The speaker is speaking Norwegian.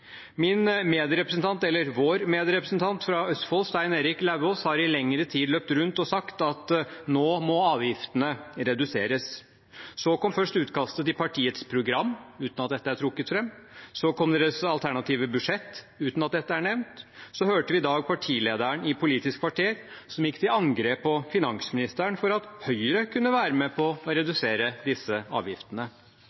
Vår medrepresentant fra Østfold, Stein Erik Lauvås, har i lengre tid løpt rundt og sagt at nå må avgiftene reduseres. Så kom først utkastet til partiets program, uten at dette er trukket fram. Så kom deres alternative budsjett, uten at dette er nevnt. Så hørte vi i dag på Politisk kvarter at partilederen gikk til angrep på finansministeren for at Høyre kunne være med på å